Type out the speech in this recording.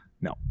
no